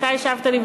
אתה השבת לי,